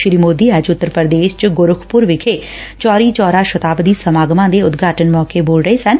ਸ੍ਰੀ ਮੋਦੀ ਅੱਜ ਉਤਰ ਪ੍ਰਦੇਸ਼ ਚ ਗਰੋਖਪੁਰ ਵਿਖੇ ਚੌਰੀ ਚੌਰਾ ਸ਼ਤਾਬਦੀ ਸਮਾਗਮਾਂ ਦੇ ਉਦਘਾਟਨ ਮੌਕੇ ਬੋਲ ਰਹੇ ਸਨ